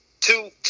two